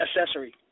accessory